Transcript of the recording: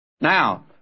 Now